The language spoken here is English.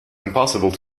impossible